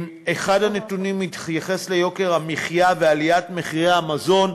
אחד הנתונים מתייחס ליוקר המחיה ועליית מחירי המזון.